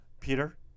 Peter